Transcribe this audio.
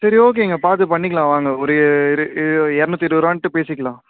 சரி ஓகேங்க பார்த்து பண்ணிக்கலாம் வாங்க ஒரு எ இரநூத்தி இருபது ரூபான்ட்டு பேசிக்கலாம்